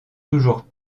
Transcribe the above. toujours